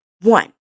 One